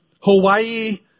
Hawaii